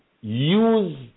use